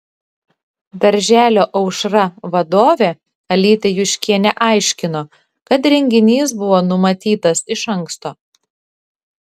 darželio aušra vadovė alytė juškienė aiškino kad renginys buvo numatytas iš anksto